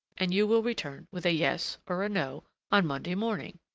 and you will return with a yes or a no on monday morning.